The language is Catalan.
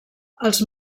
els